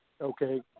okay